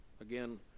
again